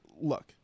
Look